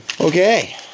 Okay